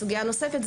סוגיה נוספת,